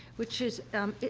which is, um,